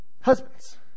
Husbands